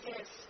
Yes